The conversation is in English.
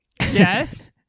Yes